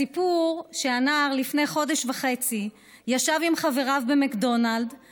הסיפור הוא שהנער לפני חודש וחצי ישב עם חבריו במקדונלד'ס